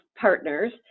partners